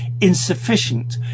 insufficient